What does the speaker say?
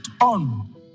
on